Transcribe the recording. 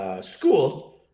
School